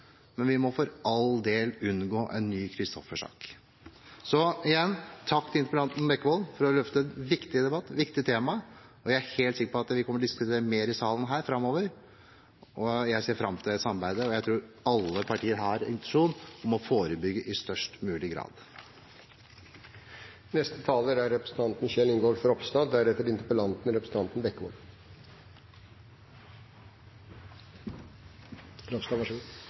men vi må for all del unngå en ny Christoffer-sak. Igjen takk til interpellanten Bekkevold for å løfte en viktig debatt og et viktig tema. Jeg er helt sikker på at vi kommer til å diskutere dette mer i denne salen framover. Jeg ser fram til å samarbeide, og jeg tror alle partier har en intensjon om å forebygge i størst mulig grad. Jeg vil også få lov til å takke interpellanten for en veldig viktig interpellasjon og for en viktig og god